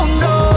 no